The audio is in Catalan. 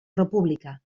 república